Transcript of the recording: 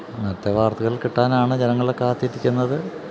അങ്ങനത്തെ വാർത്തകൾ കിട്ടാനാണ് ജനങ്ങള് കാത്തിരിക്കുന്നത്